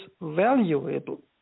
valuable